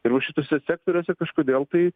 ir va šituose sektoriuose kažkodėl tai